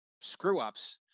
screw-ups